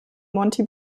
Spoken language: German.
monti